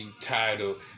title